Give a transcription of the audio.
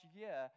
year